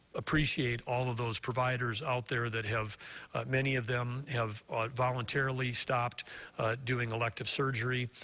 appreciate all of those providers out there that have many of them have voluntarily stopped doing elective surgery.